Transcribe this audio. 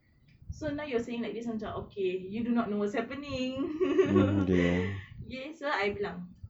so now you are saying like okay you do not know what is happening okay so I bilang